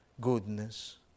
goodness